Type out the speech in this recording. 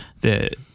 that-